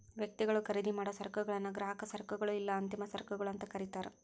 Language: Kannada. ವ್ಯಕ್ತಿಗಳು ಖರೇದಿಮಾಡೊ ಸರಕುಗಳನ್ನ ಗ್ರಾಹಕ ಸರಕುಗಳು ಇಲ್ಲಾ ಅಂತಿಮ ಸರಕುಗಳು ಅಂತ ಕರಿತಾರ